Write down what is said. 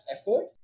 effort